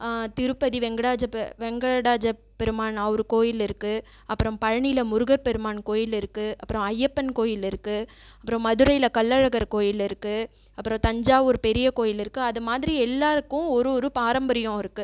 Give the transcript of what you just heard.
திருப்பதி வெங்கடாஜப் வெங்கடாஜப் பெருமான் அவர் கோவிலிருக்கு அப்பறம் பழனியில் முருகர் பெருமான் கோவில் இருக்குது அப்புறம் ஐயப்பன் கோவில் இருக்குது அப்புறோ மதுரையில் கள்ளழகர் கோவில் இருக்குது அப்புறோ தஞ்சாவூர் பெரிய கோவில் இருக்குது அது மாதிரி எல்லோருக்கும் ஒரு ஒரு பாரம்பரியம் இருக்குது